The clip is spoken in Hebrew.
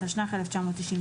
התשנ"ח-1998".